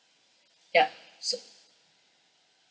yup so